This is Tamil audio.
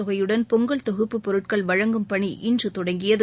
தொகையுடன் பொங்கல் தொகுப்பு பொருட்கள் வழங்கும் பணி இன்று தொடங்கியது